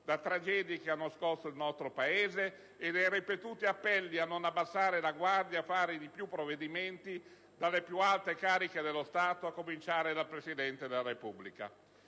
da tragedie che hanno scosso il nostro Paese e dai ripetuti appelli a non abbassare la guardia e a fare di più, provenienti dalle più alte cariche dello Stato, a cominciare dal Presidente della Repubblica.